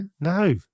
No